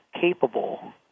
capable